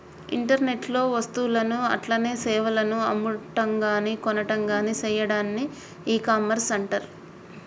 internet లో వస్తువులను అట్లనే సేవలను అమ్మటంగాని కొనటంగాని సెయ్యాడాన్ని ఇకామర్స్ అంటర్